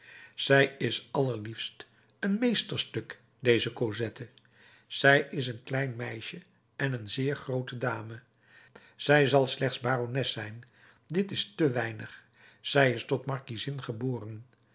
zij is allerliefst een meesterstuk deze cosette zij is een klein meisje en een zeer groote dame zij zal slechts barones zijn dit is te weinig zij is tot markiezin geboren